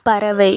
பறவை